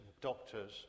doctors